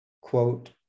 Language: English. quote